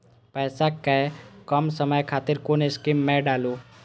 पैसा कै कम समय खातिर कुन स्कीम मैं डाली?